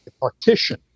partition